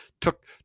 took